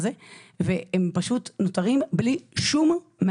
אז הגענו ל-2,000 ילדים ונתנו להם